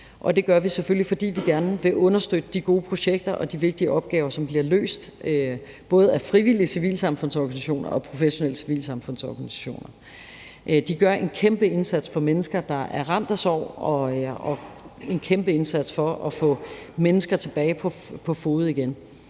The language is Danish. Det gør vi selvfølgelig, fordi vi gerne vil understøtte de gode projekter og de vigtige opgaver, som bliver løst af både frivillige civilsamfundsorganisationer og professionelle civilsamfundsorganisationer. De gør en kæmpe indsats for mennesker, der er ramt af sorg, og en kæmpe indsats for at få mennesker tilbage på fode igen,